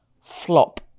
flop